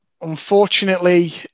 unfortunately